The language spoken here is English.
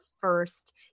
first